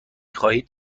خواهید